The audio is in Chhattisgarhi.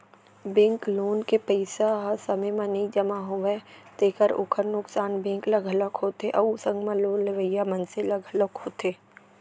बेंक लोन के पइसा ह समे म नइ जमा होवय तेखर ओखर नुकसान बेंक ल घलोक होथे अउ संग म लोन लेवइया मनसे ल घलोक होथे